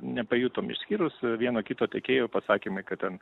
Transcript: nepajutom išskyrus vieno kito tiekėjo pasakymai kad ten